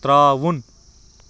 ترٛاوُن